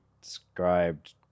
described